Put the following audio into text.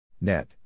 Net